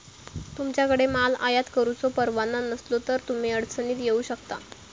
तुमच्याकडे माल आयात करुचो परवाना नसलो तर तुम्ही अडचणीत येऊ शकता